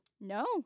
No